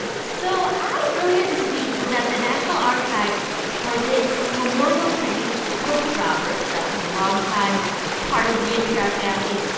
ah so i, earlier this week, was at the national archives for this memorial tribute to cokie roberts, so you know, longtime part of the npr family.